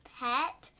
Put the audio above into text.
pet